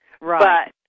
Right